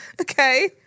okay